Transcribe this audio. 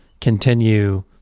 continue